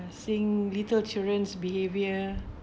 seeing little children's behavior